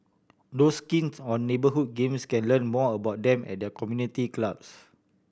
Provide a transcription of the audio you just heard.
those keen on the neighbourhood games can learn more about them at their community clubs